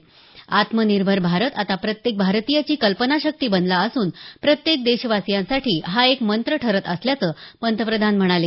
आत्मनिर्भर भारत आता प्रत्येक भारतीयाची कल्पनाशक्ती बनला असून प्रत्येक देशवासीयासाठी हा एक मंत्र ठरत असल्याचं पंतप्रधान म्हणाले